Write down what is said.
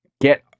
Get